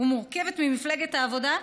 ומורכבת ממפלגת העבודה,